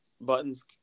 Buttons